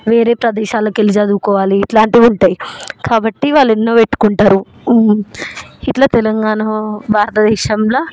వేరే ప్రదేశాలకు వెళ్లి చదువుకోవాలి ఇట్లాంటివి ఉంటాయి కాబట్టి వాళ్ళు ఎన్నో పెట్టుకుంటారు ఇట్లా తెలంగాణ భారత దేశంలో